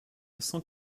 cent